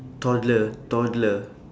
toddler toddler